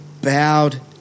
bowed